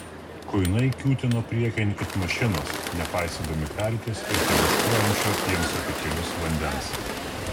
kuinai kiūtino priekin it mašinos nepaisydami pelkės ir teliūškuojančio jiems apie kelius vandens